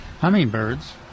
hummingbirds